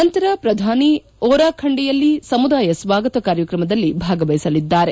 ನಂತರ ಪ್ರಧಾನಿಯವರು ಒರಾಖಂಡಿಯಲ್ಲಿ ಸಮುದಾಯ ಸ್ವಾಗತ ಕಾರ್ಯಕ್ರಮದಲ್ಲಿ ಭಾಗವಹಿಸಲಿದ್ದಾರೆ